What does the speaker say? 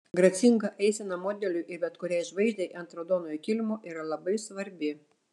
gracinga eisena modeliui ir bet kuriai žvaigždei ant raudonojo kilimo yra labai svarbi